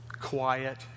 quiet